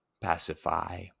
Pacify